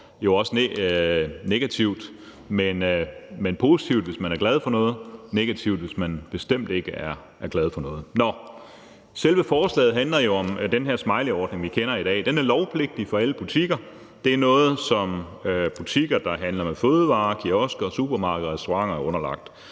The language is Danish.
og jo også negativt, men positivt, hvis man er glad for noget, og negativt, hvis man bestemt ikke er det. Nå, selve forslaget handler jo om den her smileyordning, vi kender i dag. Den er lovpligtig for alle butikker. Det er noget, som butikker, der handler med fødevarer – kiosker, supermarkeder og tilsvarende – er underlagt,